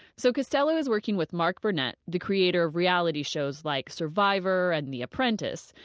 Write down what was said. so castelo is working with mark burnett, the creator of reality shows like survivor and the apprentice,